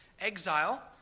Exile